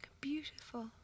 Beautiful